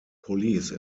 police